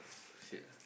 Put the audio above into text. how to said ah